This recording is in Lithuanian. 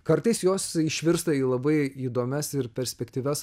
kartais jos išvirsta į labai įdomias ir perspektyvias